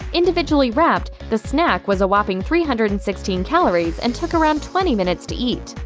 individually wrapped, the snack was a whopping three hundred and sixteen calories and took around twenty minutes to eat.